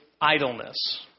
idleness